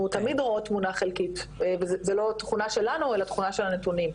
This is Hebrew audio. תמיד רואות תמונה חלקית וזו לא תכונה שלנו אלא תכונה של הנתונים.